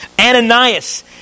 Ananias